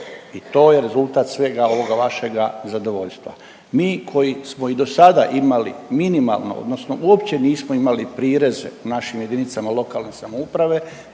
i to je rezultat svega ovoga vašega zadovoljstva. Mi koji smo i dosada imali minimalno odnosno uopće nismo imali prireze u našim JLS prihvaćamo ovo